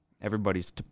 everybody's